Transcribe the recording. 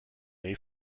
may